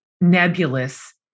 nebulous